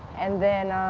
and then